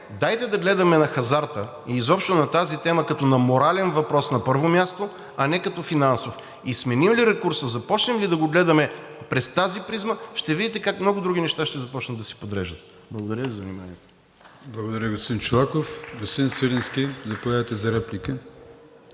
дайте да гледаме на хазарта и изобщо на тази тема като на морален въпрос, на първо място, а не като финансов. И сменим ли ракурса, започнем ли да го гледаме през тази призма, ще видите как много други неща ще започнат да се подреждат. Благодаря Ви за вниманието. ПРЕДСЕДАТЕЛ АТАНАС АТАНАСОВ: Благодаря Ви, господин Чолаков. Господин Свиленски, заповядайте за реплика.